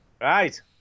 Right